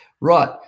Right